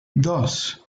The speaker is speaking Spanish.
dos